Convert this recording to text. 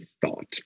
thought